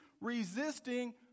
resisting